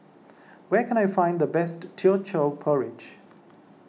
where can I find the best Teochew Porridge